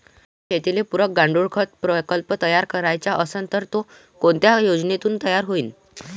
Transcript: मले शेतीले पुरक गांडूळखत प्रकल्प तयार करायचा असन तर तो कोनच्या योजनेतून तयार होईन?